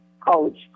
college